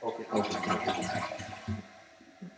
okay okay sir okay sir thank you ம் ம்